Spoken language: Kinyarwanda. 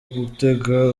gutega